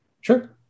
Sure